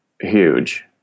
huge